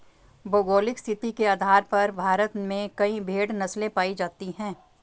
भौगोलिक स्थिति के आधार पर भारत में कई भेड़ नस्लें पाई जाती हैं